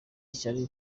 ishyari